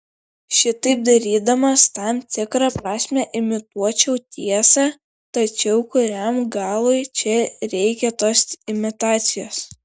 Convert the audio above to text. šitaip darydamas tam tikra prasme imituočiau tiesą tačiau kuriam galui čia reikia tos imitacijos